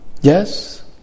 yes